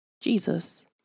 Jesus